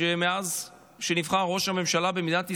שמאז שנבחר ראש הממשלה במדינת ישראל,